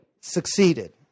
succeeded